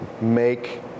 make